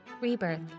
rebirth